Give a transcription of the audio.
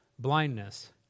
blindness